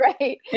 right